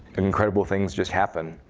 incredible things just happen.